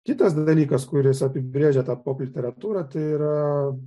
kitas dalykas kuris apibrėžia tą pop literatūrą tai yra